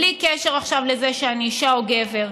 בלי קשר עכשיו לזה שאני אישה או גבר,